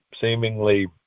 seemingly